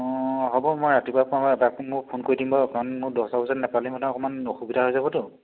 অঁ হ'ব মই ৰাতিপুৱা এবাৰ ফোন কৰি দিম বাৰু কাৰণ মোৰ দহটা বজাত নাপালে মানে অকণমান অসুবিধা হৈ যাবতো